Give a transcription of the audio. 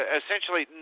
essentially